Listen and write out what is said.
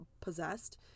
possessed